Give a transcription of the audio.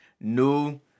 new